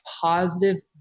positive